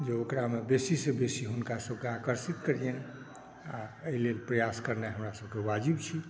ओकरामे बेसीसॅं बेसी हुनकासभके आकर्षित करियन आ एहि लेल प्रयास करना हमरासभके बाजिब छै